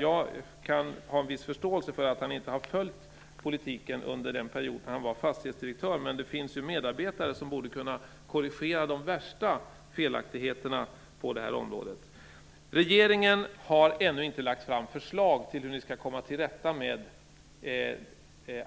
Jag kan ha en viss förståelse för att han inte har följt politiken under den period när han var fastighetsdirektör, men medarbetare till honom borde kunna korrigera de värsta felaktigheterna på det här området. Regeringen har ännu inte lagt fram förslag till hur ni skall komma till rätta med